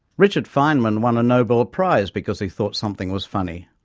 richard feynman won a nobel prize because he thought something was funny.